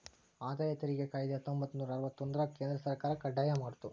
ಆದಾಯ ತೆರಿಗೆ ಕಾಯ್ದೆ ಹತ್ತೊಂಬತ್ತನೂರ ಅರವತ್ತೊಂದ್ರರಾಗ ಕೇಂದ್ರ ಸರ್ಕಾರ ಕಡ್ಡಾಯ ಮಾಡ್ತು